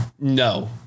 No